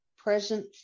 Present